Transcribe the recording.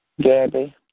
Gabby